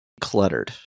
cluttered